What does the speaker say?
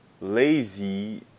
lazy